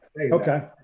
Okay